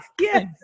Yes